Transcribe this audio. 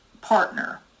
partner